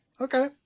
Okay